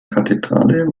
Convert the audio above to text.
kathedrale